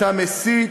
אתה מסית,